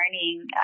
learning